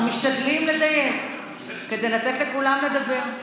אנחנו משתדלים לדייק, כדי לתת לכולם לדבר.